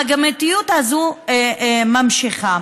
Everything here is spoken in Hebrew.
המגמתיות הזו ממשיכה.